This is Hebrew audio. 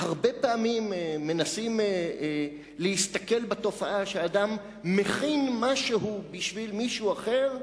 הרבה פעמים מנסים להסתכל בתופעה שאדם מכין משהו בשביל מישהו אחר,